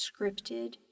scripted